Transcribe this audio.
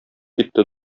китте